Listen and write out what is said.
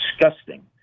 Disgusting